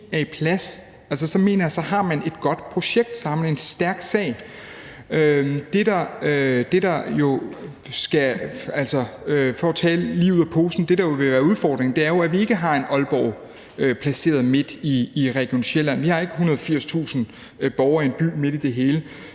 er på plads, så mener jeg, at man har et godt projekt og en stærk sag. For at tale lige ud af posen: Det, der jo vil være udfordringen, er jo, at vi ikke har et Aalborg placeret midt i Region Sjælland. Vi har ikke 180.000 borgere i en by midt i det hele.